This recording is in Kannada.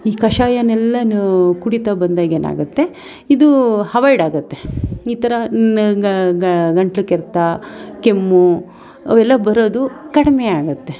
ಈ ಕಷಾಯನ್ನೆಲ್ಲ ನೀವು ಕುಡಿತಾ ಬಂದಾಗೇನಾಗುತ್ತೆ ಇದು ಅವೈಡಾಗತ್ತೆ ಈ ಥರ ಗಂಟಲು ಕೆರೆತ ಕೆಮ್ಮು ಅವೆಲ್ಲ ಬರೋದು ಕಡಿಮೆಯಾಗುತ್ತೆ